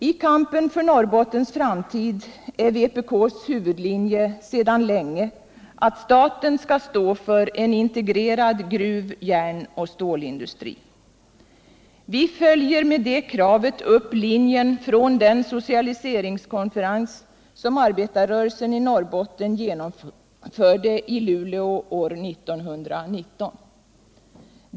I kampen för Norrbottens framtid är vpk:s huvudlinje sedan länge att staten skall stå för en integrerad gruv-, järnoch stålindustri. Vi följer med det kravet upp linjen från den socialiseringskonferens som arbetarrörelsen i Norrbotten genomförde i Luleå år 1919.